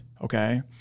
Okay